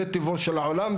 זה טבעו של העולם,